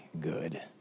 good